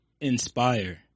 inspire